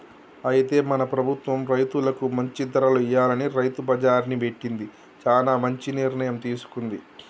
అయితే మన ప్రభుత్వం రైతులకు మంచి ధరలు ఇయ్యాలని రైతు బజార్ని పెట్టింది చానా మంచి నిర్ణయం తీసుకుంది